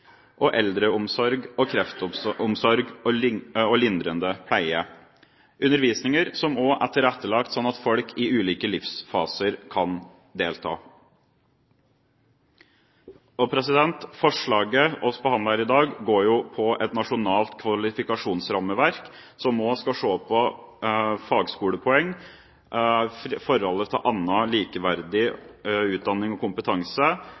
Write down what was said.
eldreomsorg og kreftomsorg og lindrende pleie – undervisning som også er tilrettelagt slik at folk i ulike livsfaser kan delta. Forslaget vi behandler her i dag, går jo på et nasjonalt kvalifikasjonsrammeverk som også skal se på fagskolepoeng, forholdet til annen likeverdig utdanning og kompetanse,